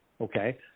okay